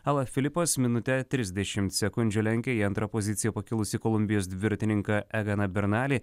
ala filipas minute trisdešimt sekundžių lenkia į antrą poziciją pakilusį kolumbijos dviratininką eganą bernalį